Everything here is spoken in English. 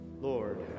Lord